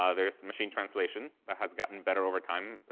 ah there's machine translation that has gotten better over time.